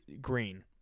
Green